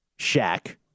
Shaq